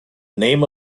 name